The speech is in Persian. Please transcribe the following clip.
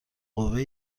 قوه